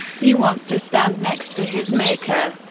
he wants to stand next to his maker.